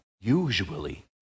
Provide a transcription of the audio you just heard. usually